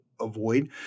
avoid